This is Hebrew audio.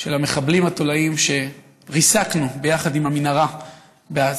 של המחבלים התולעים שריסקנו ביחד עם המנהרה בעזה,